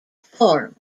form